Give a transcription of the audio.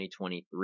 2023